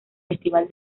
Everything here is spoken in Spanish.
festival